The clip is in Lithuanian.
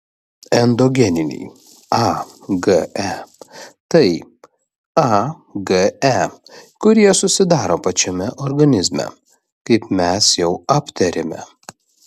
endogeniniai age tai age kurie susidaro pačiame organizme kaip mes jau aptarėme